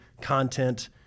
content